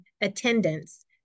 attendance